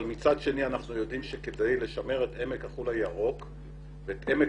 מצד שני אנחנו יודעים שכדאי לשמר את עמק החולה ירוק ואת עמק